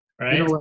Right